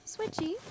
Switchy